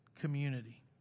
community